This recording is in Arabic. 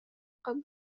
قبل